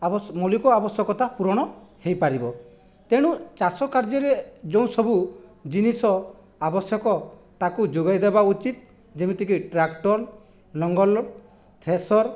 ଆବ୍ୟଶ ମୌଲିକ ଆବ୍ୟଶ୍ୟକତା ପୂରଣ ହୋଇପାରିବ ତେଣୁ ଚାଷ କାର୍ଯ୍ୟରେ ଯେଉଁସବୁ ଜିନିଷ ଆବ୍ୟଶକ ତାକୁ ଯୋଗାଇଦେବା ଉଚିତ ଯେମିତିକି ଟ୍ରାକଟଲ ଲଙ୍ଗଲ ଥ୍ରେସର